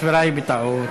הספירה היא בטעות.